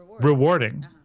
Rewarding